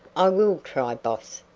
i will try, boss,